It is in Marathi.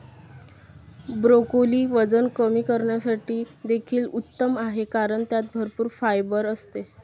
ब्रोकोली वजन कमी करण्यासाठी देखील उत्तम आहे कारण त्यात भरपूर फायबर असते